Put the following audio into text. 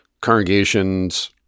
congregations